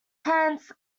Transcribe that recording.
hence